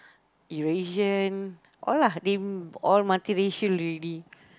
Eurasian all lah they all multiracial already